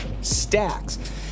stacks